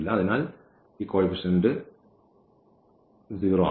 അതിനാൽ ഈ കോയിഫിഷ്യന്റ് കൊണ്ട് 0 ആണ്